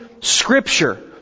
Scripture